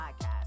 Podcast